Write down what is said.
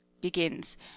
begins